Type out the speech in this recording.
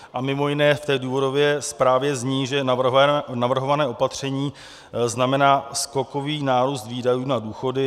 A mimo jiné v té důvodové zprávě zní, že navrhované opatření znamená skokový nárůst výdajů na důchody.